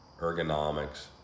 Ergonomics